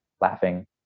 laughing